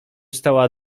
stała